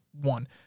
one